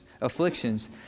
afflictions